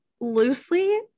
loosely